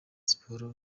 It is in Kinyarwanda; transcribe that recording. siporo